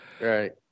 right